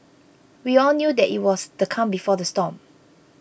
we all knew that it was the calm before the storm